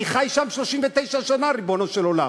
אני חי שם 39 שנה, ריבונו של עולם.